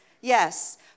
Yes